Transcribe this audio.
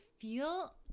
feel